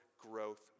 growth